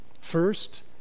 First